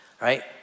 Right